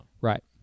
Right